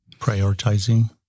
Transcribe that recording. Prioritizing